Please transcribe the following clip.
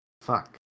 Fuck